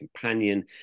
companion